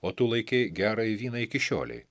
o tu laikei gerąjį vyną iki šiolei